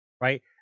Right